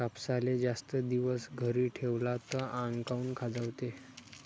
कापसाले जास्त दिवस घरी ठेवला त आंग काऊन खाजवते?